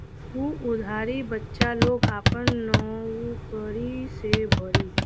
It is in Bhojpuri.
उ उधारी बच्चा लोग आपन नउकरी से भरी